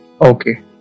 Okay